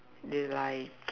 they lied